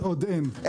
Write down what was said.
עוד אין.